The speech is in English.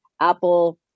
Apple